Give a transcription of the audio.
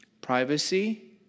Privacy